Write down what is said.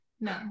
No